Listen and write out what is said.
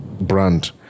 brand